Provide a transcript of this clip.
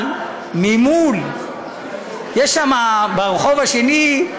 אבל ממול, יש שם, ברחוב השני,